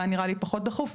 והיה נראה לי פחות דחוף,